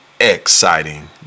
exciting